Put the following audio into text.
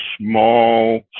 small